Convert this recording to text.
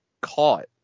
caught